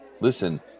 Listen